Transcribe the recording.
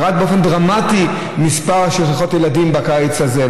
ירד באופן דרמטי מספר שכיחות הילדים בקיץ הזה,